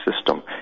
system